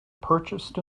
purchased